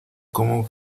cómo